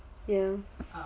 ya